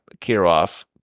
Kirov